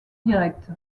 directe